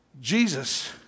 Jesus